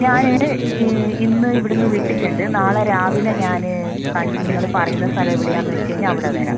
ഞാനേ ഈ ഇന്ന് ഇവിടുന്നു വിട്ടിട്ടുണ്ട് നാളെ രാവിലെ ഞാന് നിങ്ങള് പറയുന്ന സ്ഥലം എവടെയാന്ന് വെച്ച് കഴിഞ്ഞാൽ അവിടെ വരാം